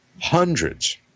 hundreds